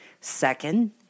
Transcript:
Second